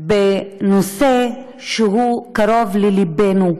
בנושא שהוא קרוב ללבנו,